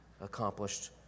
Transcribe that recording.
accomplished